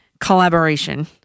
Collaboration